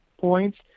points